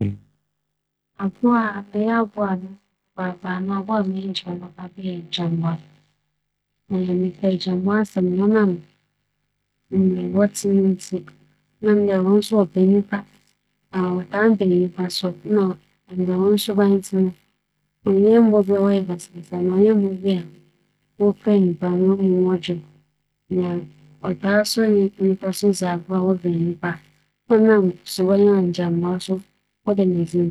Abowa a mepɛ n'asɛm papaapa nye egyinambowa. Siantsir nye dɛ, egyinambowa yɛ abowa bi a sɛ ͻbɛn wo a, mpɛn pii no ͻbɛdeda wo do, ͻkyerɛ no dͻ nna mbrɛ osi pɛ w'asɛm kyerɛ wo na afei so ͻmmpɛ dede yɛ, ma obohu biara obu n'enyi gu do na ͻnnyɛ dede ma obiara nnhu. Iyi ntsi na mepɛ egyinambowa asɛm.